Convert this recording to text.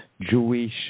jewish